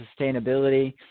sustainability